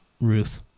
Ruth